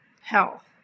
health